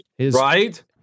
Right